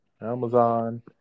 Amazon